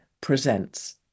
presents